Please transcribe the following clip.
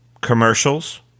commercials